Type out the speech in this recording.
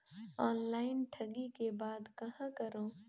Online ठगी के बाद कहां करों?